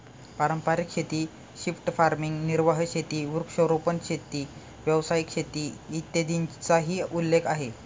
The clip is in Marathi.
पारंपारिक शेती, शिफ्ट फार्मिंग, निर्वाह शेती, वृक्षारोपण शेती, व्यावसायिक शेती, इत्यादींचाही उल्लेख आहे